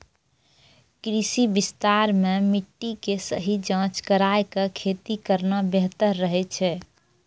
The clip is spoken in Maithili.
कृषि विस्तार मॅ मिट्टी के सही जांच कराय क खेती करना बेहतर रहै छै